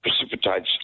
precipitates